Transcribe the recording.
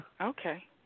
Okay